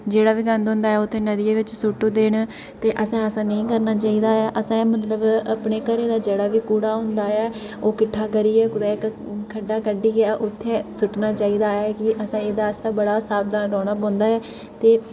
जेह्ड़ा बी गंद होंदा ऐ ओह् उत्थै नदियै बिच सु'ट्टी ओड़दे न ते अ'सें ऐसा नेईं करना चाहिदा ऐ अ'सें मतलब अपने घरै दा जेह्ड़ा बी कूड़ा होंदा ऐ ओह् किट्ठा करियै कु'तै इक खड्ढा कड्डियै उत्थै सुट्टना चाहिदा ऐ ते अ'सेंई एह्दे आस्तै बड़ा सावधान रौह्ना पौंदा ऐ ते